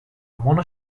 mono